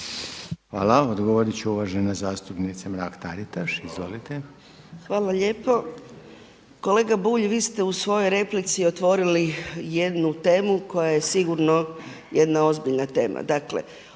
Hvala. Odgovorit će uvažena zastupnika Mrak Taritaš. Izvolite. **Mrak-Taritaš, Anka (HNS)** Hvala lijepo. Kolega Bulj, vi ste u svojoj replici otvorili jednu temu koja je sigurno jedna ozbiljna tema